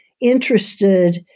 interested